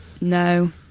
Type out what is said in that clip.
No